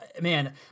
man